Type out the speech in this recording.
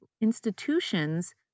institutions